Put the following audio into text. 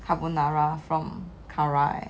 carbonara from kara